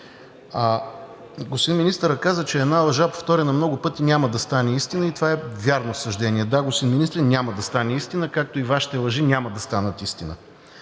Господин министърът каза, че една лъжа, повторена много пъти, няма да стане истина и това е вярно съждение. Да, господин Министре, няма да стане истина! Както и Вашите лъжи, няма да станат истина!